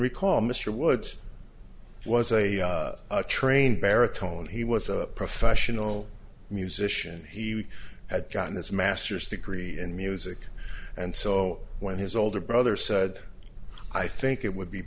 recall mr woods was a train baritone he was a professional musician he had gotten his master's degree in music and so when his older brother said i think it would be